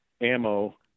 ammo